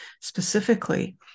specifically